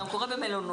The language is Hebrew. זה גם קורה במלונות.